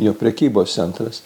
jo prekybos centras